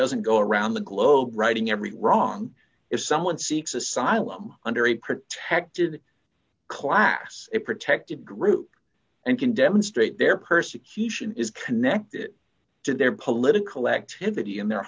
doesn't go around the globe writing every wrong if someone seeks asylum under a protected class a protected group and can demonstrate their persecution is connected to their political activity in their